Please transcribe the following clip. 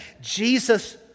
Jesus